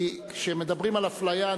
כי כשמדברים על אפליה,